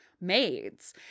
maids